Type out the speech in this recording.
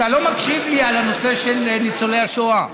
אתה לא מקשיב לי על הנושא של ניצולי השואה.